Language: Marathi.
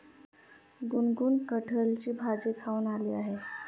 गुनगुन कठहलची भाजी खाऊन आली आहे